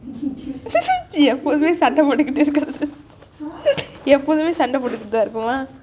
எப்போதுமே சண்டை போட்டு இருக்கிறது எப்போதுமே சண்டை போட்டு தான் இருப்போமா:eppothumei sandai pothu irukirathu eppothumei sandai pothu thaaan irupoma